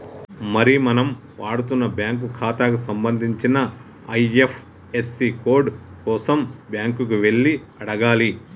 మరి మనం వాడుతున్న బ్యాంకు ఖాతాకి సంబంధించిన ఐ.ఎఫ్.యస్.సి కోడ్ కోసం బ్యాంకు కి వెళ్లి అడగాలి